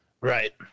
Right